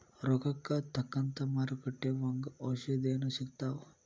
ರೋಗಕ್ಕ ತಕ್ಕಂಗ ಮಾರುಕಟ್ಟಿ ಒಂಗ ಔಷದೇನು ಸಿಗ್ತಾವ